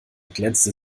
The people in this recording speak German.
glänzte